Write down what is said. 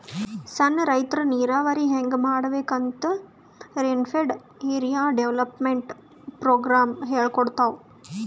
ಸಣ್ಣ್ ರೈತರ್ ನೀರಾವರಿ ಹೆಂಗ್ ಮಾಡ್ಬೇಕ್ ಅಂತ್ ರೇನ್ಫೆಡ್ ಏರಿಯಾ ಡೆವಲಪ್ಮೆಂಟ್ ಪ್ರೋಗ್ರಾಮ್ ಹೇಳ್ಕೊಡ್ತಾದ್